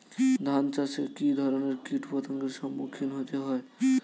ধান চাষে কী ধরনের কীট পতঙ্গের সম্মুখীন হতে হয়?